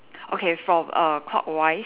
okay from a clockwise